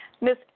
Miss